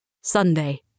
Sunday